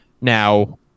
Now